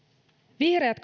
vihreät